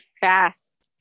fast